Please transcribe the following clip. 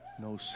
no